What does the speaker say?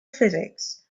physics